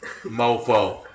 mofo